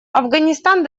афганистан